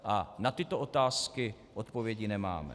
A na tyto otázky odpovědi nemáme.